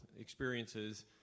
experiences